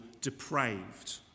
depraved